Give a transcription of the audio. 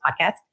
podcast